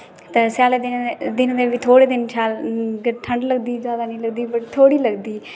स्याले दे दिने च थोडे दिन ठंड लगदी ज्यादा नेई लगदी थोह्डी़ लगदी